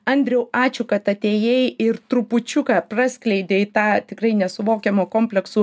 andriau ačiū kad atėjai ir trupučiuką praskleidei tą tikrai nesuvokiamų kompleksų